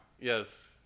Yes